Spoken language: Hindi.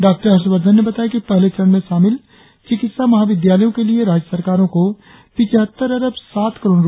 डॉ हर्षवर्धन ने बताया कि पहले चरण में शामिल चिकित्सा महाविद्यालयों के लिए राज्य सरकारों को पिचहत्तर अरब सात करोड़ रुपये जारी किये गये है